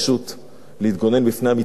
להתגונן בפני המתקפה עלי,